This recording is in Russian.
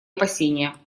опасения